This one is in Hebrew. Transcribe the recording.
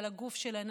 על הגוף שלהן,